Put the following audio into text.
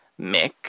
Mick